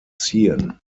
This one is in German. ziehen